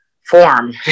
form